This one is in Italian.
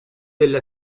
delle